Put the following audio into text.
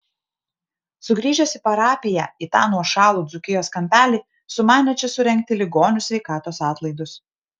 sugrįžęs į parapiją į tą nuošalų dzūkijos kampelį sumanė čia surengti ligonių sveikatos atlaidus